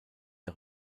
der